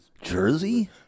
Jersey